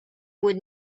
would